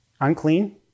unclean